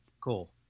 cool